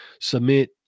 submit